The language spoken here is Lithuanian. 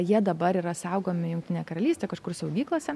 jie dabar yra saugomi jungtinėje karalystėje kažkur saugyklose